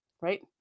right